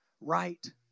Right